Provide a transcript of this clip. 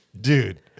Dude